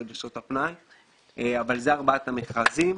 אלה ארבעת המכרזים.